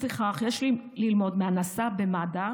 לפיכך, יש ללמוד מהנעשה במד"א,